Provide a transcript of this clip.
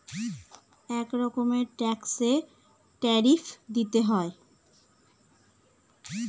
এক রকমের ট্যাক্সে ট্যারিফ দিতে হয়